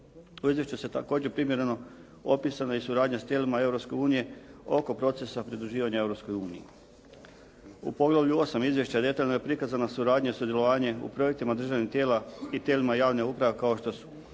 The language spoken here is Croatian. U izvještaju su također primjerena i suradnja s tijelima Europske unije oko procesa pridruživanja Europskoj uniji. U poglavlju 8. izvješća detaljno je prikazana suradnja, sudjelovanje u projektima državnih tijela i tijelima javne uprave kao što su